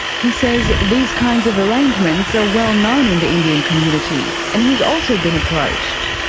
he says these kinds of arrangements are well known in the indian community, and he's also been approached.